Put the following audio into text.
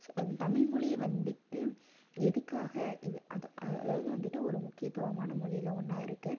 ஸ் தமிழ்மொழியை வந்துட்டு எதுக்காக இது அது அதை அதாவது வந்துட்டு ஒரு முக்கியத்துவமான மொழியில் ஒன்றா இருக்குது